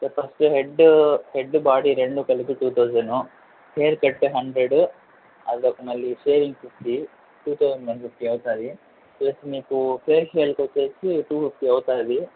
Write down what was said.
sir first head head body రెండు కలిపి two thousand hair cut hundred అదొక మళ్ళీ shaving fifty two thousand one fifty అవుతుంది plus మీకు ఫేషియల్కు వచ్చేసి టూ ఫిఫ్టీ అవుతుంది